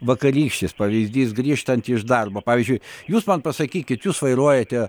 vakarykštis pavyzdys grįžtant iš darbo pavyzdžiui jūs man pasakykit jūs vairuojate